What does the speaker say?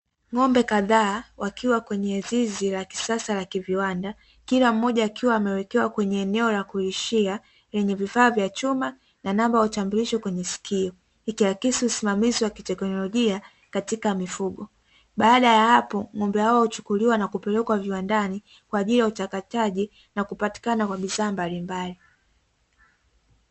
Ng'ombe kadhaa wakiwa kwenye zizi la kisasa la kiviwanda, kila mmoja akiwa amewekewa kwenye eneo la kulishia lenye vifaa vya chuma na namba ya utambulisho kwenye sikio. Ikiakisi usimamizi wa kiteknolojia katika mifugo. Baada ya hapo, ng'ombe hawa huchukuliwa na kupelekwa viwandani, kwa ajili ya uchakataji na kupatikana kwa bidhaa mbalimbali.